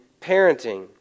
parenting